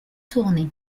tourner